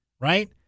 right